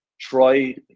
try